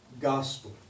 gospel